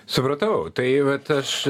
supratau tai vat aš